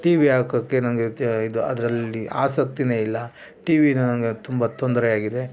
T V ಹಾಕಕ್ಕೆ ನಂಗೆ ತ ಇದು ಅದರಲ್ಲಿ ಆಸಕ್ತಿ ಇಲ್ಲ ಟಿ ವಿಯಿಂದ ನನಗೆ ತುಂಬ ತೊಂದರೆಯಾಗಿದೆ